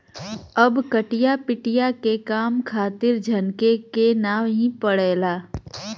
अब कटिया पिटिया के काम खातिर झनके के नाइ पड़ला